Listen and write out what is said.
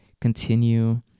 continue